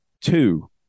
Two